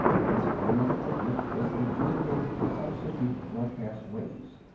one item of equipment was a generator of substitute broadcast waves.